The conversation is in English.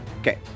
okay